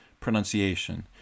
pronunciation